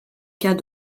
cas